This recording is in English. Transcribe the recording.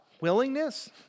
willingness